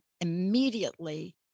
immediately